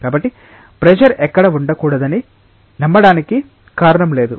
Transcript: కాబట్టి ప్రెషర్ ఎక్కడ ఉండకూడదని నమ్మడానికి కారణం లేదు